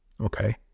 okay